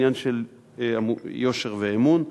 עניין של יושר ואמון,